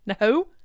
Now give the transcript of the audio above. No